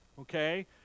okay